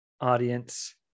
audience